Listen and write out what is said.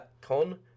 Con